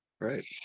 right